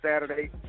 Saturday